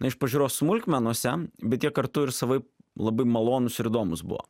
na iš pažiūros smulkmenose bet jie kartu ir savaip labai malonūs ir įdomūs buvo